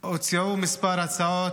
הוצעו מספר הצעות,